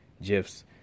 gifs